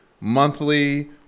monthly